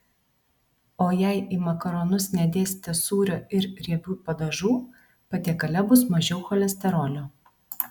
o jei į makaronus nedėsite sūrio ir riebių padažų patiekale bus mažiau cholesterolio